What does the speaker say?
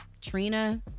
Trina